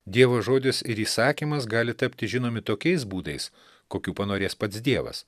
dievo žodis ir įsakymas gali tapti žinomi tokiais būdais kokių panorės pats dievas